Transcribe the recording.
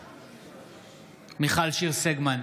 בעד מיכל שיר סגמן,